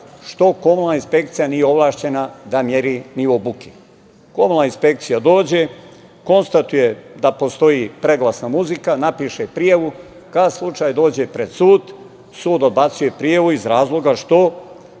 što komunalna inspekcija nije ovlašćena da meri nivo buke. Komunalna inspekcija dođe, konstatuje da postoji preglasna muzika, napiše prijavu, kad slučaj dođe pred sud, sud odbacuje prijavu iz razloga što